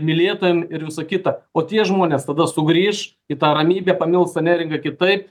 mylėtojam ir visa kita o tie žmonės tada sugrįš į tą ramybę pamils energija kitaip